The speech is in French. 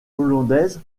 hollandaise